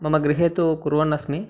मम गृहे तु कुर्वन् अस्मि